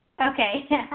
Okay